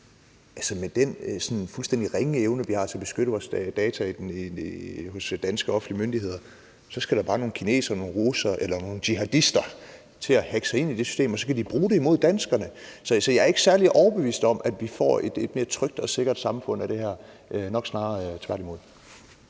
der med den fuldstændig ringe evne, vi har til at beskytte vores data hos danske offentlige myndigheder, bare nogle kinesere, russere eller jihadister til at hacke sig ind i det system, og så kan de bruge det mod danskerne. Så jeg er ikke særlig overbevist om, at vi får et mere trygt og sikkert samfund af det her, nok snarere tværtimod.